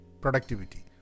productivity